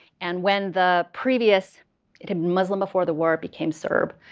and when the previous it had been muslim before the war. it became serb.